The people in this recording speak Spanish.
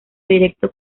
directo